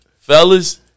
fellas